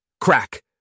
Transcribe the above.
Crack